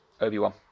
Obi-Wan